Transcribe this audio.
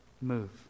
move